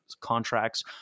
contracts